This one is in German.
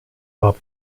war